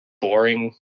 boring